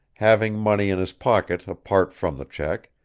having money in his pocket apart from the check,